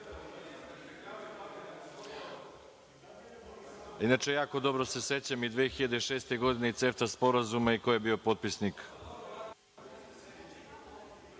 zaista. Inače, jako dobro se sećam i 2006. godine i CEFTA sporazuma i ko je bio potpisnik.